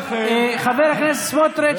אינה נוכחת מיכאל מלכיאלי,